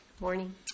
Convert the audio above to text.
morning